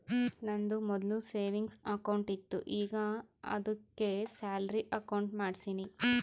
ನಂದು ಮೊದ್ಲು savings account ಇತ್ತು ಈಗ ಆದ್ದುಕೆ ಸ್ಯಾಲರಿ ಅಕೌಂಟ್ ಮಾಡ್ಸಿನಿ